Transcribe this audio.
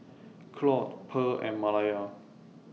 Claude Purl and Malaya